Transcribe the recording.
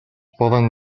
poden